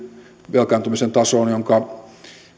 velkaantumisen tasoon jonka